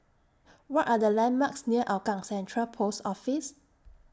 What Are The landmarks near Hougang Central Post Office